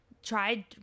Tried